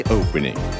opening